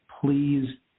please